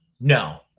no